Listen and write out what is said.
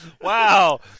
Wow